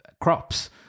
crops